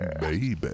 Baby